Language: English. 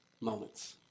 moments